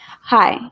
Hi